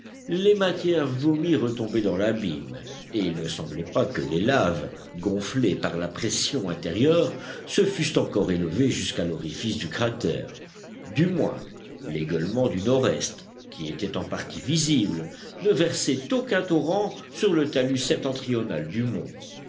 les matières vomies retombaient dans l'abîme et il ne semblait pas que les laves gonflées par la pression intérieure se fussent encore élevées jusqu'à l'orifice du cratère du moins l'égueulement du nord-est qui était en partie visible ne versait aucun torrent sur le talus septentrional du mont